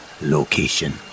location